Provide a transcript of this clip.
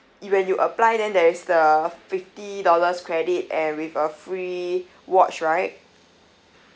it when you apply then there is the fifty dollars credit and with a free watch right